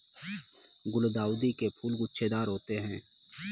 गुलदाउदी के फूल गुच्छेदार होते हैं